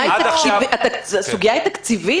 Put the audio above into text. הסוגיה היא תקציבית,